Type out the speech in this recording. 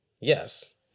Yes